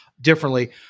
differently